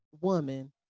woman